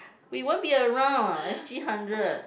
we won't be around ah S_G hundred